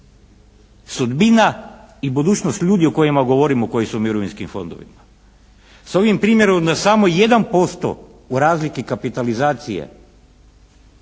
sudbina i budućnost ljudi o kojima govorimo koji su u mirovinskim fondovima s ovim primjerom na samo 1% u razlici kapitalizacije